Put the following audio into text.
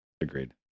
Agreed